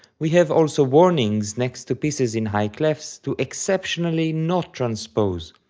we have also warnings next to pieces in high clefs to exceptionally not transpose,